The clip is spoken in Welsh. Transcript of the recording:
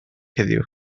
heddiw